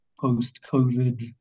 post-COVID